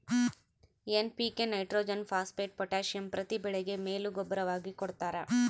NPK nitrogen phosphate potassium ಪ್ರತಿ ಬೆಳೆಗೆ ಮೇಲು ಗೂಬ್ಬರವಾಗಿ ಕೊಡ್ತಾರ